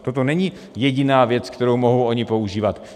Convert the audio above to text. Toto není jediná věc, kterou mohou oni používat.